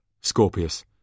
Scorpius